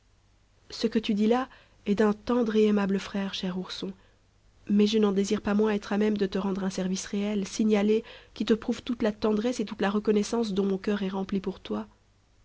d'un tendre et aimable frère cher ourson mais je n'en désire pas moins être à même de te rendre un service réel signalé qui te prouve toute la tendresse et toute la reconnaissance dont mon coeur est rempli pour toi